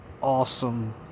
awesome